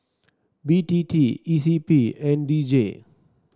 B T T E C P and D J